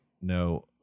No